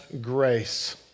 grace